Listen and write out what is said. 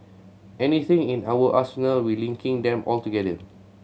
anything in our arsenal we're linking them all together